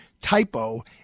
typo